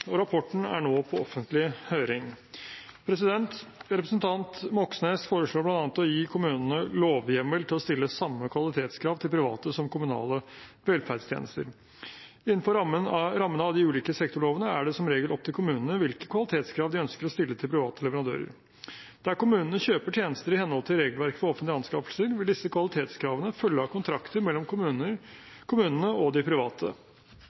og rapporten er nå på offentlig høring. Representanten Moxnes foreslår bl.a. å gi kommunene lovhjemmel for å stille samme kvalitetskrav til private som til kommunale velferdstjenester. Innenfor rammene av de ulike sektorlovene er det som regel opp til kommunene hvilke kvalitetskrav de ønsker å stille til private leverandører. Der kommunene kjøper tjenester i henhold til regelverket for offentlige anskaffelser, vil disse kvalitetskravene følge av kontrakter mellom kommunene og de private.